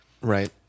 Right